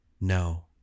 No